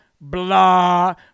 blah